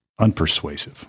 unpersuasive